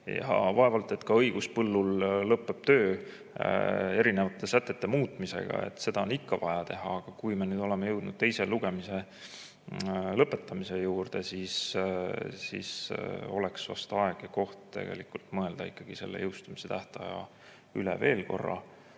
ja vaevalt et ka õiguspõllul lõppeb töö erinevate sätete muutmisega, seda on ikka vaja teha, aga kui me oleme jõudnud teise lugemise lõpetamise juurde, siis oleks vast aeg ja koht mõelda veel korra jõustumise tähtaja üle. Seda ma